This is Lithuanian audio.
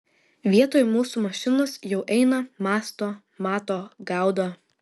vietoj mūsų mašinos jau eina mąsto mato gaudo